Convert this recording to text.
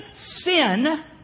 sin